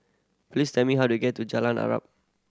please tell me how to get to Jalan Arnap